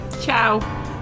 Ciao